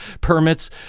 permits